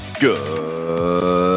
Good